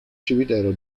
cimitero